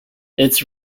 its